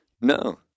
No